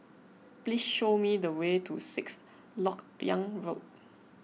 please show me the way to Sixth Lok Yang Road